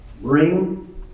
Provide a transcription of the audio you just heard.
Bring